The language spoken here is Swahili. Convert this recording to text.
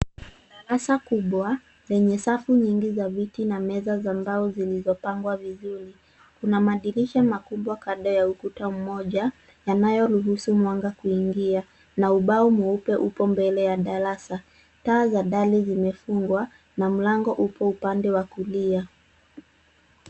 Darasa kubwa, lenye safu nyingi za viti na meza za mbao zilizopangwa vizuri. Kuna madirisha makubwa kando ya ukuta mmoja, yanayoruhusu mwanga kuingia. Na Ubao mweupe upo mbele ya darasa. Taa za dari zmefungwa, na mlango upo upande wa kulia.